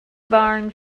barn